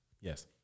yes